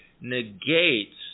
negates